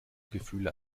gefühle